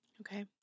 Okay